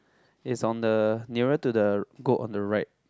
it's on the nearer to the goat on the right